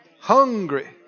Hungry